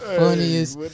funniest